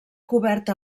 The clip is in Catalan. coberta